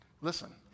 Listen